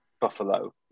Buffalo